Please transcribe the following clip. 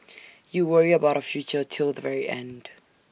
you worry about our future till the very end